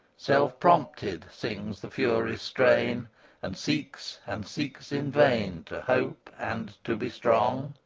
self-prompted, sings the furies' strain and seeks, and seeks in vain, to hope and to be strong!